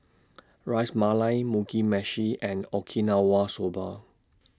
Ras Malai Mugi Meshi and Okinawa Soba